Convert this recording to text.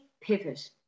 pivot